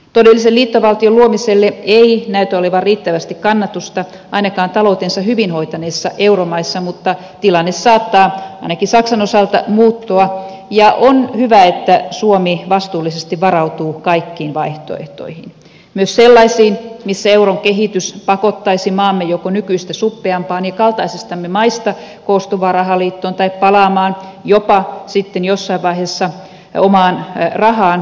todellisen liittovaltion luomiselle ei näytä olevan riittävästi kannatusta ainakaan taloutensa hyvin hoitaneissa euromaissa mutta tilanne saattaa ainakin saksan osalta muuttua ja on hyvä että suomi vastuullisesti varautuu kaikkiin vaihtoehtoihin myös sellaisiin missä euron kehitys pakottaisi maamme joko nykyistä suppeampaan ja kaltaisistamme maista koostuvaan rahaliittoon tai palaamaan jopa sitten jossain vaiheessa omaan rahaan